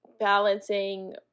balancing